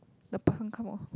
the